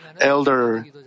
Elder